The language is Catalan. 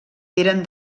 eren